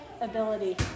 ability